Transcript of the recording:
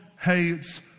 hates